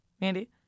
mandy